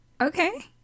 Okay